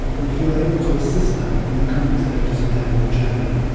would feel able to assist them in the coming stages of their new journey.